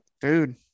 dude